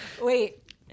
Wait